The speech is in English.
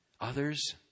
others